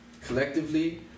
Collectively